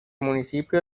municipio